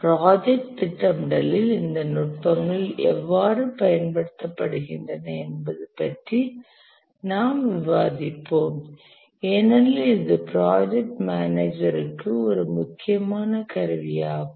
project திட்டமிடலில் இந்த நுட்பங்கள் எவ்வாறு பயன்படுத்தப்படுகின்றன என்பது பற்றி நாம் விவாதிப்போம் ஏனெனில் இது ப்ராஜெக்ட் மேனேஜர் க்கு ஒரு முக்கியமான கருவியாகும்